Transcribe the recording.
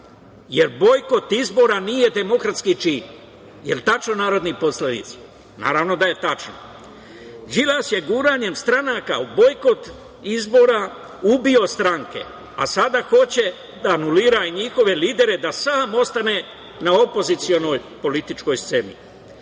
jer bojkot izbora nije demokratski čin. Jel tačno, narodni poslanici? Naravno da je tačno. Đilas je guranjem stranaka u bojkot izbora ubio stranke, a sada hoće da anulira i njihove lidere da sam ostane na opozicionoj političkoj sceni. Taj